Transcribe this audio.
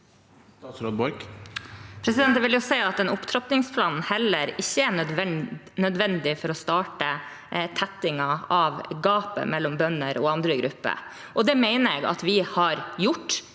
en opptrappingsplan ikke er nødvendig for å starte tettingen av gapet mellom bønder og andre grupper, og det mener jeg at vi har gjort.